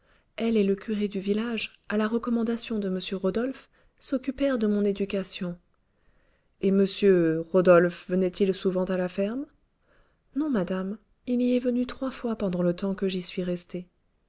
elle et le curé du village à la recommandation de m rodolphe s'occupèrent de mon éducation et monsieur rodolphe venait-il souvent à la ferme non madame il y est venu trois fois pendant le temps que j'y suis restée